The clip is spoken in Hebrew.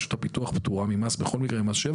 רשות הפיתוח פטורה ממס שבח בכל מקרה.